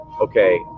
okay